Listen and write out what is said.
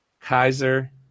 Kaiser